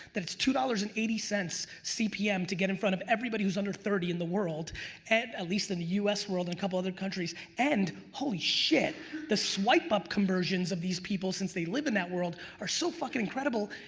that it's two dollars and eighty cents cpm to get in front of everybody who's under thirty in the world and at least in the us world and a couple other countries and holy shit the swipe up conversions of these people since they live in that world are so fuckin' incredible,